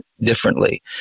differently